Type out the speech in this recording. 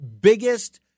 biggest